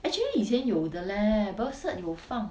actually 以前有的 leh birth certificate 有放